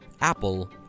Apple